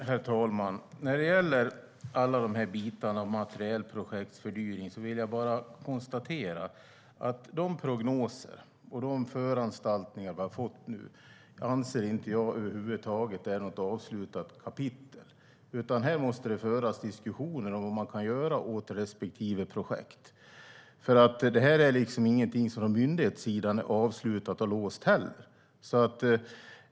Herr talman! När det gäller alla de här bitarna om materielprojekts fördyring vill jag bara konstatera att de prognoser och föranstaltningar som vi nu har fått anser jag inte är något avslutat kapitel över huvud taget, utan här måste det föras diskussioner om vad man kan göra åt respektive projekt. Det är heller ingenting som är avslutat och låst från myndighetssidan.